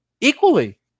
equally